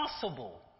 possible